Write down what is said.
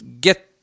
get